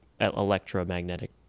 electromagnetic